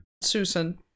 Susan